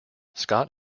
scott